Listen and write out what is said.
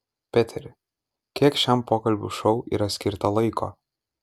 peteri kiek šiam pokalbių šou yra skirta laiko